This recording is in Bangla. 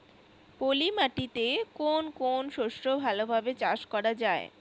পলি মাটিতে কোন কোন শস্য ভালোভাবে চাষ করা য়ায়?